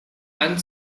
and